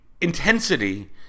intensity